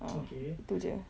uh itu jer